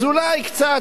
אז אולי קצת,